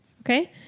Okay